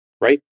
right